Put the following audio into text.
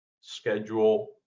schedule